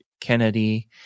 Kennedy